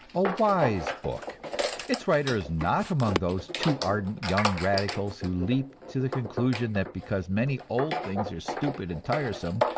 a wise book its writer is not among those too-ardent young radicals who leap to the conclusion that because many old things are stupid and tiresome,